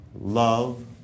Love